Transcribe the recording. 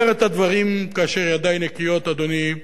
אני אומר את הדברים כאשר ידי נקיות, אדוני,